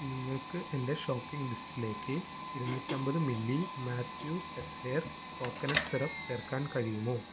നിങ്ങൾക്ക് എന്റെ ഷോപ്പിംഗ് ലിസ്റ്റിലേക്ക് ഇരുനൂറ്റമ്പത് milli Mathieu Teisseire coconut syrup ചേർക്കാൻ കഴിയുമോ